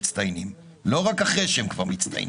מצטיינים לא רק אחרי שהם כבר מצטיינים.